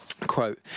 quote